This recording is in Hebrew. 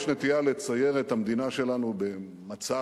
יש נטייה לצייר את המדינה שלנו במצב,